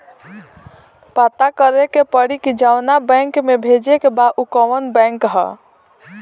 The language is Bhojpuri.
पता करे के पड़ी कि जवना बैंक में भेजे के बा उ कवन बैंक ह